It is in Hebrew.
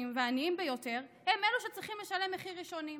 והעניים ביותר הם שצריכים לשלם מחיר ראשונים.